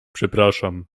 przepraszam